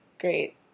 Great